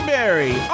Berry